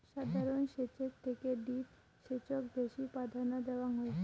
সাধারণ সেচের থেকে ড্রিপ সেচক বেশি প্রাধান্য দেওয়াং হই